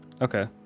okay